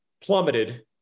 plummeted